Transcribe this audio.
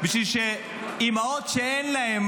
בשביל שאימהות שאין להן